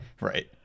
right